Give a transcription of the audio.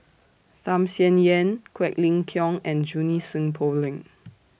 Tham Sien Yen Quek Ling Kiong and Junie Sng Poh Leng